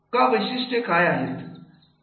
का वैशिष्ट्ये काय असतील